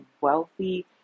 wealthy